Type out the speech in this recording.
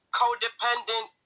codependent